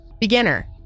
Beginner